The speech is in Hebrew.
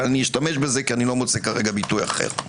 אבל לא מוצא כרגע ביטוי אחר.